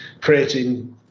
creating